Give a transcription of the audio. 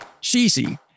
cheesy